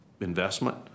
investment